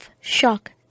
shock